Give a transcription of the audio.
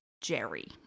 Jerry